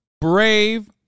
brave